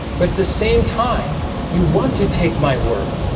but at the same time you want to take my word